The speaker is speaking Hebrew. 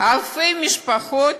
אלפי משפחות,